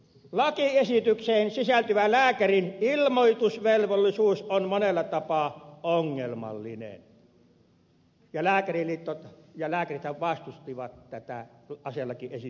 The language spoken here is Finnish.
lakiesitykseen sisältyvä lääkärin ilmoitusvelvollisuus on monella tapaa ongelmallinen ja lääkäriliitto ja lääkärithän vastustivat tätä aselakiesitystä yksimielisesti